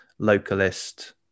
localist